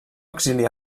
exili